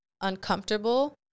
uncomfortable